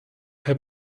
herr